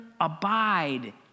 abide